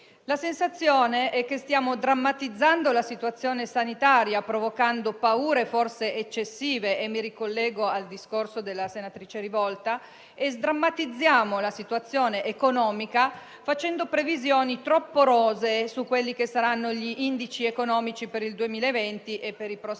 La sensazione è che stiamo drammatizzando la situazione sanitaria, provocando paure forse eccessive - mi ricollego al discorso della senatrice Rivolta - e sdrammatizziamo la situazione economica, facendo previsioni troppo rosee sugli indici economici per il 2020 e per i prossimi anni.